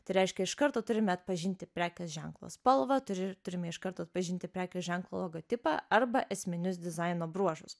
tai reiškia iš karto turime atpažinti prekės ženklo spalvą turi turime iš karto atpažinti prekių ženklo logotipą arba esminius dizaino bruožus